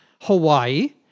Hawaii